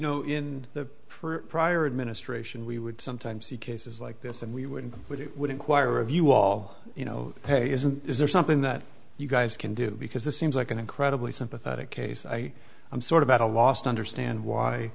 know in the for prior administration we would sometimes see cases like this and we would we would inquire of you all you know hey isn't there something that you guys can do because this seems like an incredibly sympathetic case i i'm sort of at a loss to understand why